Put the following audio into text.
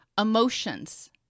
Emotions